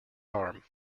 arm